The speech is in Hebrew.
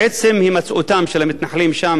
עצם הימצאותם של המתנחלים שם,